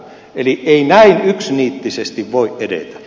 eli ei näin yksiniittisesti voi edetä